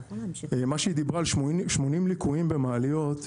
מה שהיא דיברה על 80 ליקויים במעליות,